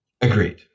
Agreed